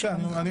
בבקשה, נו.